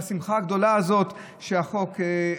בשמחה גדולה הזאת של החוק.